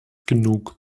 genug